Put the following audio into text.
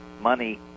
money